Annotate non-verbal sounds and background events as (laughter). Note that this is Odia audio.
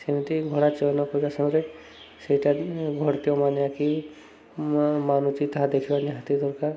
ସେମିତି ଘୋଡ଼ା ଚୟନ କରିବା ସମୟରେ ସେଇଟା (unintelligible) ମାନେ ଆକି ମାନୁଛି ତାହା ଦେଖିବା ନିହାତି ଦରକାର